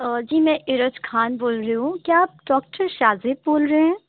جی میں ارج خان بول رہی ہوں کیا آپ ڈاکٹر شاہ زیب بول رہے ہیں